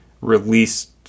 released